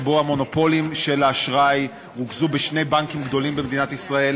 שבו המונופולים של האשראי רוכזו בשני בנקים גדולים במדינת ישראל,